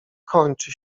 kończy